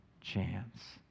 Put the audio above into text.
chance